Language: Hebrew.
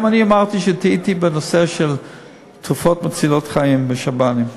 גם אני אמרתי שטעיתי בנושא של תרופות מצילות חיים בשב"נים.